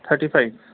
thirty five